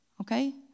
Okay